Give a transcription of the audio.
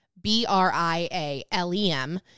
B-R-I-A-L-E-M